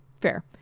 Fair